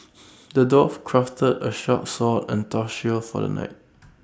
the dwarf crafted A sharp sword and A tough shield for the knight